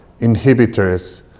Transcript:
inhibitors